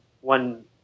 one